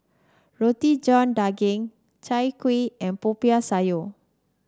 Roti John Daging Chai Kuih and Popiah Sayur